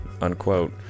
unquote